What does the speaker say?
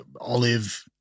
olive